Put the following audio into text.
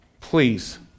Please